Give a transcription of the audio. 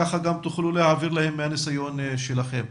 כך גם תוכלו להעביר להם מהניסיון שלכם.